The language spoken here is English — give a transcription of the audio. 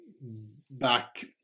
Back